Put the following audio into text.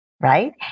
right